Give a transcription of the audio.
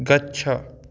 गच्छ